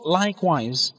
likewise